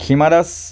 Hima Das